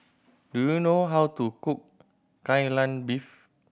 do you know how to cook Kai Lan Beef